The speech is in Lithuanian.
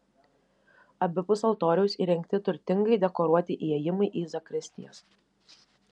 abipus altoriaus įrengti turtingai dekoruoti įėjimai į zakristijas